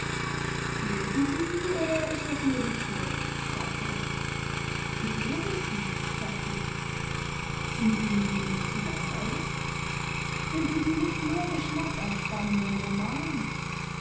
lesen sie die oder ist das nur dekor sagte er ich lese sie sagte ich sind ihnen die nicht zu langweilig finden sie nicht mehr geschmack an spannenden romanen